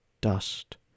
dust